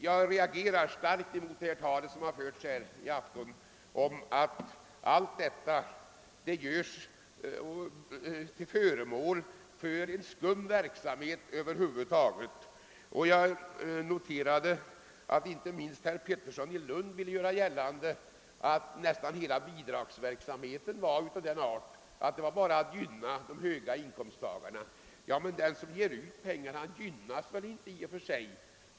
Jag reagerar starkt mot det tal som har förts här i afton som innebär, att allt detta skulle vara en skum verksamhet. Jag noterade att inte minst herr Pettersson i Lunc ville göra gällande, att nästan hela bidragsverksamheten var av den arter att den bara innebar att man gynnade de höga inkomsttagarna. Men den som ger ut pengarna gynnas väl inte i och för sig.